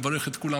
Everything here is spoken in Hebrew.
ומברך את כולם,